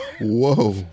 Whoa